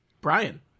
Brian